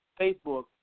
Facebook